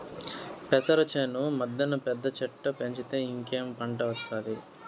పెసర చేను మద్దెన పెద్ద చెట్టు పెంచితే ఇంకేం పంట ఒస్తాది